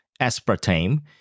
aspartame